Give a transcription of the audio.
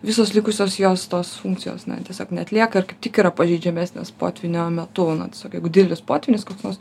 visos likusios jos tos funkcijos tiesiog neatlieka ir kaip tik yra pažeidžiamesnės potvynio metu na tiesiog jeigu didelis potvynis koks nors